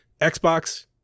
Xbox